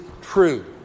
true